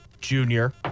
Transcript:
Junior